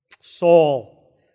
Saul